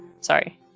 Sorry